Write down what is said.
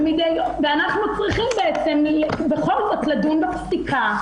ואנחנו צריכים בכל זאת לדון בפסיקה,